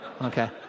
Okay